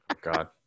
God